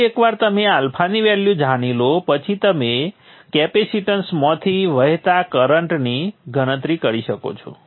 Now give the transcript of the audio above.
પછી એકવાર તમે α ની વેલ્યુ જાણી લો પછી તમે કેપેસીટન્સમાંથી વહેતા કરંટની ગણતરી કરી શકો છો